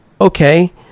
okay